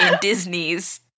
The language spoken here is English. Disney's